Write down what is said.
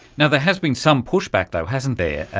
and there has been some push-back though, hasn't there,